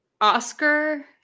Oscar